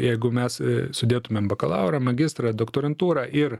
jeigu mes sudėtumėm bakalaurą magistrą doktorantūrą ir